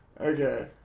okay